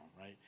right